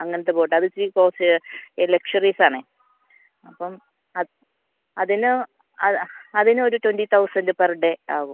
അങ്ങനത്തെ ബോട്ട് അത് ഇത്തിരി കോസ് ലക്ഷറീസ് ആണേ അപ്പം അത് അതിന് അത് അതിനൊരു ട്വൻറി തൗസൻഡ് പെർ ഡേ ആവും